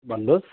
भन्नुहोस्